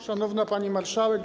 Szanowna Pani Marszałek!